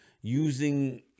using